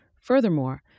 Furthermore